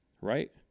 Right